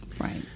Right